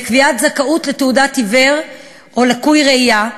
לקביעת זכאות לתעודת עיוור או לקוי ראייה.